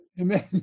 Amen